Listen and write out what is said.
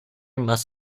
must